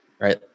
right